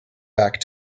back